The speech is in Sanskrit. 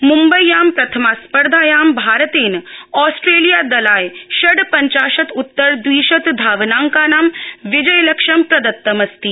मुम्बय्यां प्रथमास्पर्धायां भारतेन ऑस्ट्रेलियादलाय षड्पंचाशतःछत्तर द्विशत धावनांकानां विजयलक्ष्यं प्रदत्तमस्ति